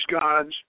gods